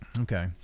Okay